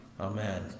amen